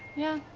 yeah,